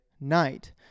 night